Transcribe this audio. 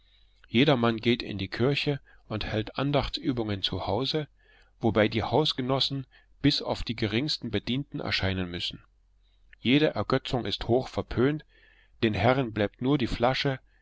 jedermann geht in die kirche und hält andachtsübungen zu hause wobei die hausgenossen bis auf die geringsten bedienten erscheinen müssen jede ergötzung ist hoch verpönt den herren bleibt nur die flasche